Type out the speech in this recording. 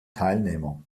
teilnehmer